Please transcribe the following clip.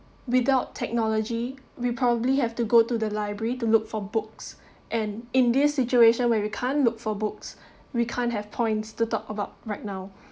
without technology we probably have to go to the library to look for books and in this situation where we can't look for books we can't have points to talk about right now